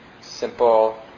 simple